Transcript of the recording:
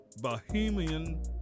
bohemian